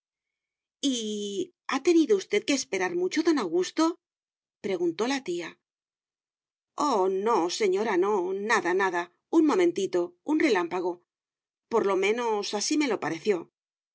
ha tenido usted que esperar mucho don augusto preguntó la tía oh no señora no nada nada un momentito un relámpago por lo menos así me lo pareció